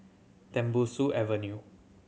Tembusu Avenue